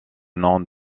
nom